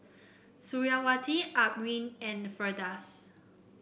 Suriawati Amrin and Firdaus